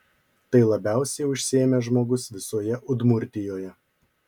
tai labiausiai užsiėmęs žmogus visoje udmurtijoje